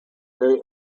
day